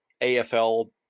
AFL